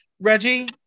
Reggie